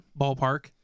ballpark